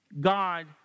God